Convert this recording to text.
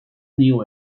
knew